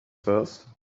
first